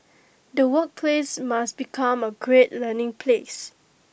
the workplace must become A great learning place